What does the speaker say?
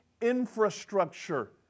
infrastructure